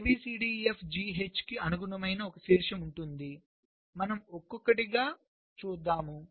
కాబట్టి A B C D E F G కి అనుగుణమైన ఒక శీర్షం ఉంటుంది మనం ఒక్కొక్కటిగా చూద్దాం